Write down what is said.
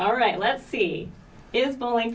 all right let's see is bowling